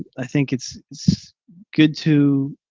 i think it's good to